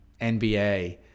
nba